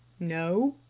no,